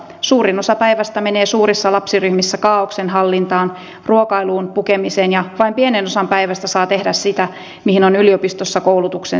suurin osa päivästä menee suurissa lapsiryhmissä kaaoksen hallintaan ruokailuun pukemiseen ja vain pienen osan päivästä saa tehdä sitä mihin on yliopistossa koulutuksen saanut